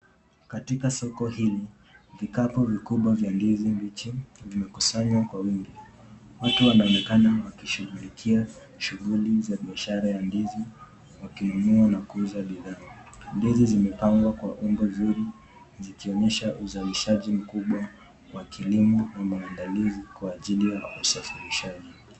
Katika soko hili ,vikapu vikubwa vya ndizi bichi vimekusanywa kwa wingi ,watu wanaonekana wakishughulikia shughuli za biashara ya ndizi ,wakinunua na kuuza bidhaa .Ndizi zimepagwa kwa umbo nzuri zikionyesha uzalishaji mkubwa wa Kilimo na maandalizi kwa ajili ya usafirishaji.